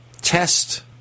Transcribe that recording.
test